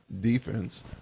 defense